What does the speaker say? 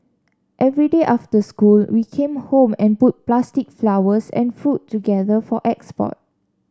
every day after school we came home and put plastic flowers and fruit together for export